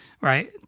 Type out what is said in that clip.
Right